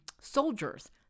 soldiers